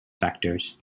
factors